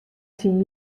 syn